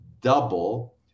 double